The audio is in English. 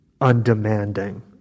undemanding